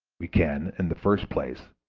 we can, in the first place,